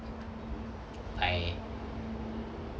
my